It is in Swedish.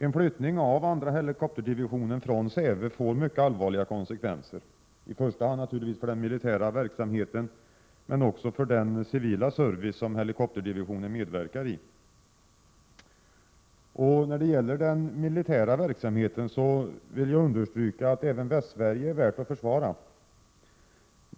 En flyttning av andra helikopterdivisionen från Säve får mycket allvarliga konsekvenser, först och främst naturligtvis för den militära verksamheten men också för den civila service som helikopterdivisionen medverkar i. När det gäller den militära verksamheten vill jag understryka att även Västsverige är värt att försvara.